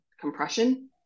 compression